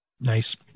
nice